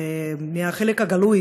ומהחלק הגלוי